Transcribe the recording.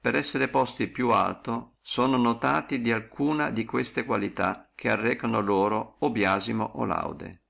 per essere posti più alti sono notati di alcune di queste qualità che arrecano loro o biasimo o laude